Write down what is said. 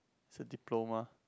it's a diploma